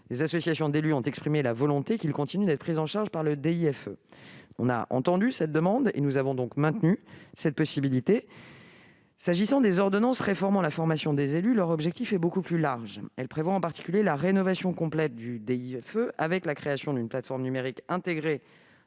les associations d'élus ont exprimé la volonté qu'ils continuent d'être pris en charge par le DIFE. Nous avons entendu cette demande et, donc, maintenu cette possibilité. Par ailleurs, les ordonnances réformant la formation des élus visent un objectif beaucoup plus large. Elles prévoient en particulier la rénovation complète du DIFE, avec la création d'une plateforme numérique intégrée